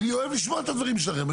אני אוהב לשמוע את הדברים שלכם.